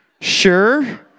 Sure